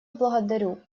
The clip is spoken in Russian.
благодарю